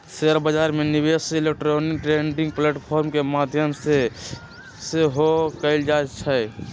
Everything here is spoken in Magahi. शेयर बजार में निवेश इलेक्ट्रॉनिक ट्रेडिंग प्लेटफॉर्म के माध्यम से सेहो कएल जाइ छइ